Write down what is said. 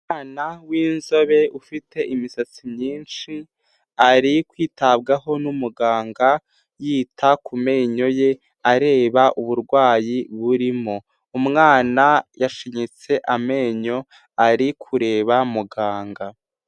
Umwana w'inzobe ufite imisatsi myinshi, ari kwitabwaho n'umuganga, yita ku menyo ye areba uburwayi burimo, umwana yashinyitse amenyo, ari kureba muganga.